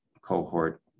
cohort